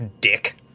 dick